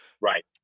Right